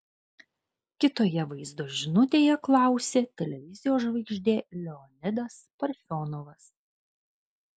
kitoje vaizdo žinutėje klausė televizijos žvaigždė leonidas parfionovas